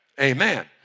Amen